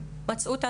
טוב אנחנו נכניס את זה